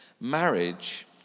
Marriage